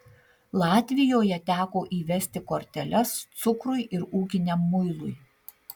latvijoje teko įvesti korteles cukrui ir ūkiniam muilui